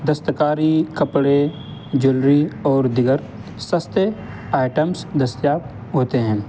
دستکاری کپڑے جیولری اور دیگر سستے آئٹمس دستیاب ہوتے ہیں